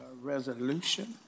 resolution